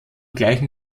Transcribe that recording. gleichen